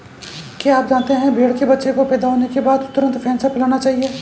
क्या आप जानते है भेड़ के बच्चे को पैदा होने के बाद तुरंत फेनसा पिलाना चाहिए?